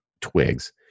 twigs